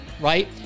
Right